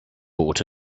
bought